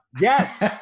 Yes